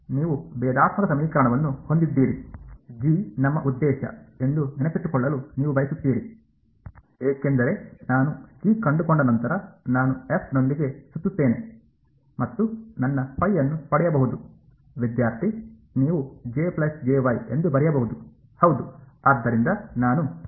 ನೀವು ಭೇದಾತ್ಮಕ ಸಮೀಕರಣವನ್ನು ಹೊಂದಿದ್ದೀರಿ ನಮ್ಮ ಉದ್ದೇಶ ಎಂದು ನೆನಪಿಟ್ಟುಕೊಳ್ಳಲು ನೀವು ಬಯಸುತ್ತೀರಿ ಏಕೆಂದರೆ ನಾನು ಕಂಡುಕೊಂಡ ನಂತರ ನಾನು ಎಫ್ ನೊಂದಿಗೆ ಸುತ್ತುತ್ತೇನೆ ಮತ್ತು ನನ್ನ ಅನ್ನು ಪಡೆಯಬಹುದು